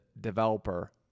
developer